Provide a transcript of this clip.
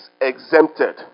exempted